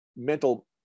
mental